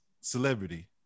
celebrity